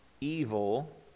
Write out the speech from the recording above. evil